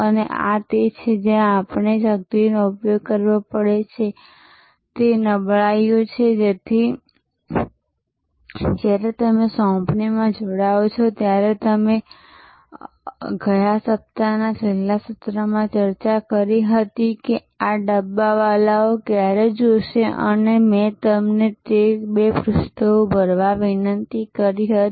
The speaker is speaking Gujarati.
અને આ તે છે જ્યાં આપણે શક્તિનો ઉપયોગ કરવો પડે છે તે નબળાઈઓ છે તેથી જ્યારે તમે સોંપણીમાં જોડાઓ છો ત્યારે અમે ગયા સપ્તાહના છેલ્લા સત્રમાં ચર્ચા કરી હતી કે આ ડબ્બાવાલાઓ ક્યારે જોશે અને મેં તમને તે બે પૃષ્ઠો ભરવા વિનંતી કરી હતી